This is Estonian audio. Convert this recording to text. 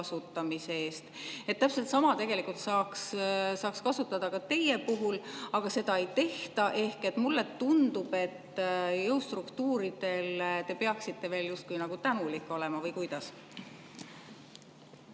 kasutamise eest. Täpselt sama tegelikult saaks kasutada ka teie puhul, aga seda ei tehta. Mulle tundub, et jõustruktuuridele te peaksite justkui tänulik olema, või kuidas?